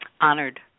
honored